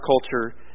culture